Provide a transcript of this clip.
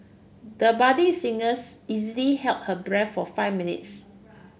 the budding singers easily held her breath for five minutes